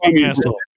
asshole